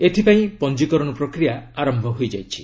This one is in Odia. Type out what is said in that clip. ଏଥିପାଇଁ ପଞ୍ଜିକରଣ ପ୍ରକ୍ରିୟା ଆରମ୍ଭ ହୋଇଯାଇଛି